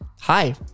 Hi